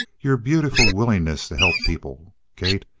your beautiful willingness to help people, kate.